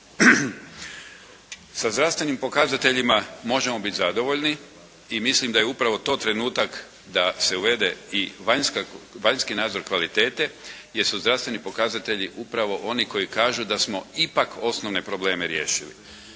Sa zdravstvenim pokazateljima možemo biti zadovoljni i mislim da je upravo to trenutak da se uvede i vanjska, vanjski nadzor kvalitete jer su zdravstveni pokazatelji upravo oni koji kažu da smo ipak osnovne probleme riješili.